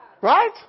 Right